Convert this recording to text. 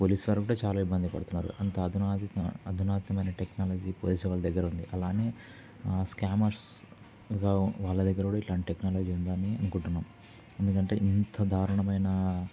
police వాళ్ళు కూడా చాలా ఇబ్బంది పడుతున్నారు అంత అధునా అధునాతనమైన టెక్నాలజీ పోలీసు వాళ్ళ దగ్గర ఉంది అలానే స్కామర్స్గా వాళ్ళ దగ్గర కూడా ఇట్లాంటి టెక్నాలజీ ఉందని అనుకుంటున్నాం ఎందుకంటే ఇంత దారుణమైన